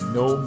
no